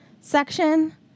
section